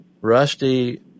Rusty